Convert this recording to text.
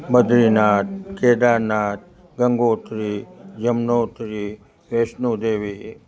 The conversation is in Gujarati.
બદ્રીનાથ કેદારનાથ ગંગોત્રી જમનોત્રી વૈષ્ણોદેવી